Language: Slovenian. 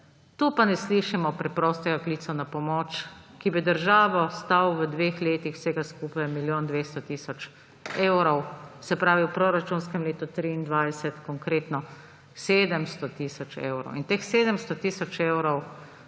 Tu pa ne slišimo preprostega klica na pomoč, ki bi državo stal v dveh letih vsega skupaj milijon 200 tisoč evrov. Se pravi, v proračunskem letu 2023 konkretno 700 tisoč evrov in teh 700 tisoč evrov,